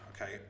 okay